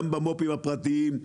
גם במו"פים הפרטיים,